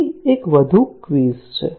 અહીં એક વધુ ક્વિઝ છે